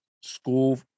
school